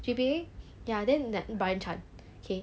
G_P_A ya then that ryan chan okay